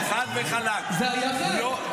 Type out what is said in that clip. חד וחלק לא.